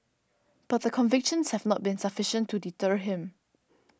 but the convictions have not been sufficient to deter him